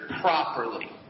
properly